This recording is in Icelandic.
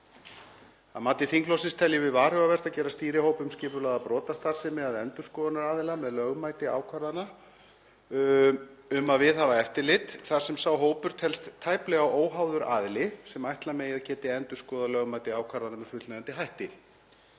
Að mati þingflokksins teljum við varhugavert að gera sty?riho?p um skipulagða brotastarfsemi að endurskoðunaraðila um lögmæti a?kvarðana um að viðhafa eftirlit, þar sem sa? ho?pur telst tæplega o?ha?ður aðili sem ætla megi að geti endurskoðað lögmæti a?kvarðana með fullnægjandi hætti.